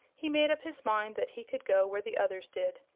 he made up his mind that he could go where the others did.